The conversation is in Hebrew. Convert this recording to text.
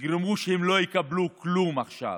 תגרמו שהם לא יקבלו כלום עכשיו.